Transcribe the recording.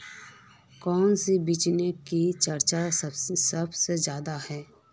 कौन बिचन के चर्चा सबसे ज्यादा है?